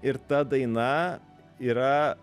ir ta daina yra